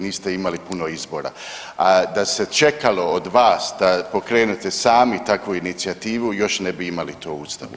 Niste imali puno izbora, a da se čekalo od vas da pokrenete sami takvu inicijativu još ne bi imali to u Ustavu.